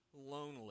lonely